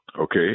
okay